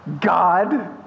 God